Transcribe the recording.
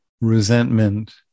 resentment